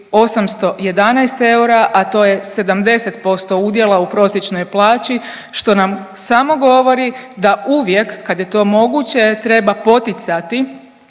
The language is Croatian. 811 eura, a to je 70% udjela u prosječnoj plaći, što nam samo govori da uvijek, kad je to moguće, treba poticati